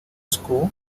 school